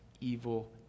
evil